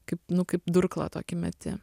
kaip nu kaip durklą tokį meti